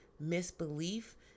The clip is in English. misbelief